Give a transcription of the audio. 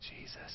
Jesus